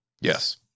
Yes